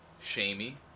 Shamey